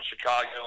Chicago